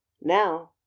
now